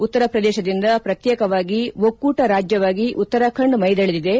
ಉತ್ತರ ಪ್ರದೇಶದಿಂದ ಪ್ರತ್ಯೇಕವಾಗಿ ಒಕ್ಕೂಟ ರಾಜ್ಲವಾಗಿ ಉತ್ತರಾಖಂಡ್ ಮೈದೆಳೆದಿದೆ